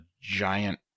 giant